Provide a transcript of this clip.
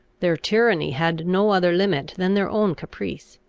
their tyranny had no other limit than their own caprice.